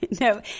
No